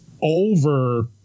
over